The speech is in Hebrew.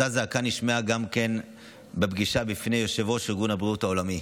אותה זעקה נשמעה גם בפגישה לפני יושב-ראש ארגון הבריאות העולמי.